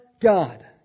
God